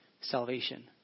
salvation